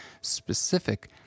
specific